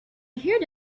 heard